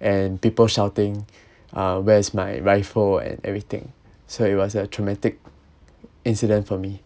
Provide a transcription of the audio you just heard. and people shouting uh where's my rifle and everything so it was a traumatic incident for me